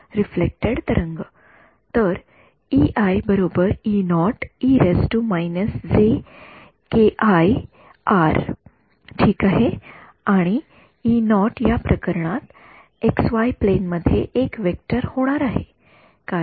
reflected तरंग तर ठीक आहे आणि या प्रकरणात एक्सवाय प्लेन मध्ये एक वेक्टर होणार आहे कारण तो आहे बरोबर